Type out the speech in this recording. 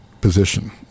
position